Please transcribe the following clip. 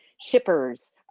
shippers